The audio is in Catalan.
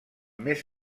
més